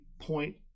point